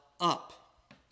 up